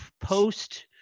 post-